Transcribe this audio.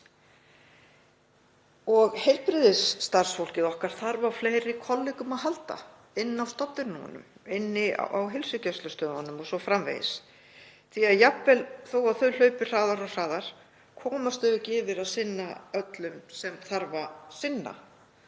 Heilbrigðisstarfsfólkið okkar þarf á fleiri kollegum að halda inni á stofnununum, inni á heilsugæslustöðvunum o.s.frv., því að jafnvel þó að þau hlaupi hraðar og hraðar komast þau ekki yfir að sinna öllum sem þarf að sinna.